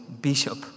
Bishop